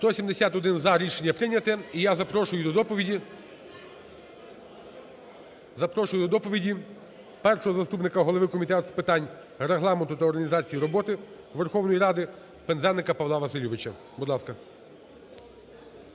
І я запрошую до доповіді… запрошую до доповіді першого заступника голови Комітету з питань Регламенту та організації роботи Верховної Ради Пинзеника Павла Васильовича. Будь ласка.